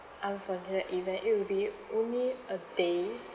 unfortunate event it would be only a day